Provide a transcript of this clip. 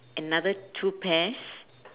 another two pairs